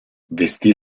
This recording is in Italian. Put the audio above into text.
vestì